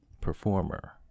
performer